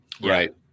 Right